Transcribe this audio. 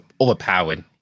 overpowered